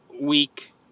week